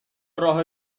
راه